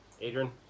Adrian